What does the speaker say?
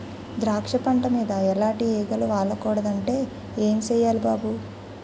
ద్రాక్ష పంట మీద ఎలాటి ఈగలు వాలకూడదంటే ఏం సెయ్యాలి బాబూ?